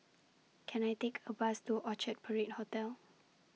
Can I Take A Bus to Orchard Parade Hotel